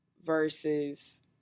versus